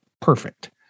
perfect